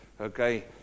Okay